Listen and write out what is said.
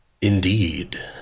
Indeed